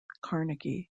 carnegie